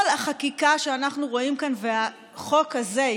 כל החקיקה שאנחנו רואים כאן והחוק הזה,